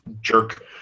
Jerk